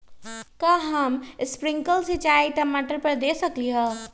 का हम स्प्रिंकल सिंचाई टमाटर पर दे सकली ह?